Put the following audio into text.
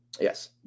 Yes